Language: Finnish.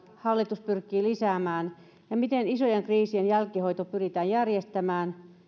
hallitus pyrkii lisäämään psykososiaalisen työn saavutettavuutta ja miten isojen kriisien jälkihoito pyritään järjestämään